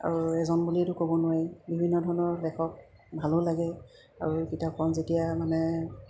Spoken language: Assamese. আৰু এজন বুলিয়েতো ক'ব নোৱাৰি বিভিন্ন ধৰণৰ লেখক ভালো লাগে আৰু কিতাপখন যেতিয়া মানে